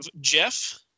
jeff